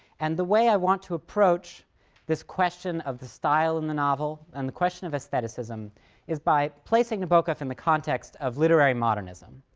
and the way i want to approach this question of the style in the novel and the question of aestheticism is by placing nabokov in the context of literary modernism.